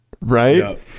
right